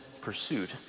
pursuit